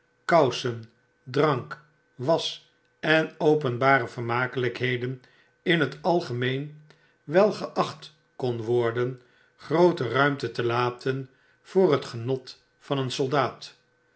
kousen drank wasch en openbare vermakelykheden in t algemeen wel geacht kon worden groote ruimte telaten voor het genot van een soldaat